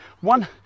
one